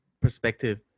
perspective